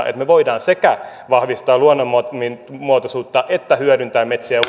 että me voimme sekä vahvistaa luonnon monimuotoisuutta että hyödyntää metsiä